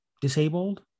disabled